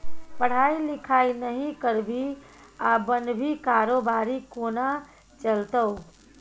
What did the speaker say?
पढ़ाई लिखाई नहि करभी आ बनभी कारोबारी कोना चलतौ